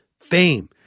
Fame